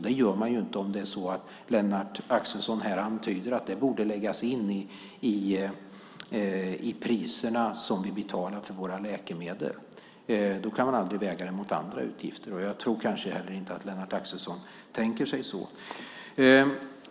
Det kan man ju inte om det, som Lennart Axelsson här antyder, borde läggas in i priserna som vi betalar för våra läkemedel. Då kan man aldrig väga det mot andra utgifter. Jag tror kanske heller inte att Lennart Axelsson tänker sig det så.